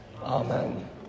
Amen